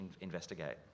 investigate